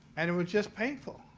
and it was just painful,